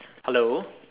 hello